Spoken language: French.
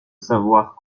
savoir